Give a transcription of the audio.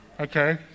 Okay